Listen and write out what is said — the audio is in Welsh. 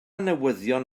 newyddion